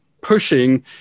pushing